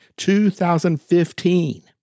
2015